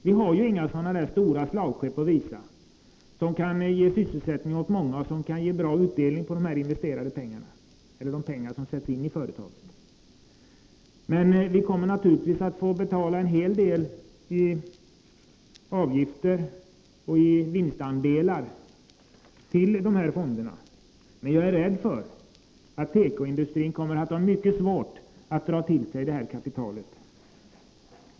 Vi kan inte visa upp några stora slagskepp som kan ge sysselsättning åt många och ge bra utdelning på de pengar som sätts in i företagen. Men vi kommer naturligtvis att få betala en hel del i avgifter och i vinstandelar till dessa fonder, men jag är rädd för att tekoindustrin kommer att få mycket svårt att dra till sig detta kapital.